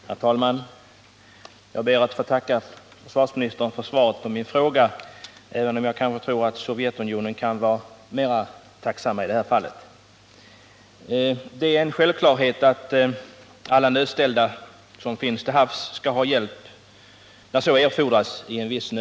Herr talman! Jag ber att få tacka försvarsministern för svaret på min fråga, även om jag tror att Sovjetunionen har större anledning till tacksamhet i det - här fallet. Det är en självklarhet att alla nödställda som finns till havs skall ha hjälp när så erfordras.